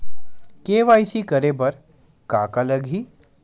KYC करे बर का का लगही?